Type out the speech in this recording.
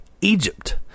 Egypt